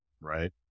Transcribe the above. right